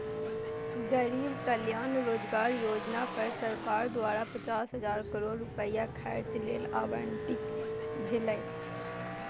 गरीब कल्याण रोजगार योजना पर सरकार द्वारा पचास हजार करोड़ रुपैया खर्च लेल आवंटित भेलै